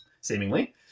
seemingly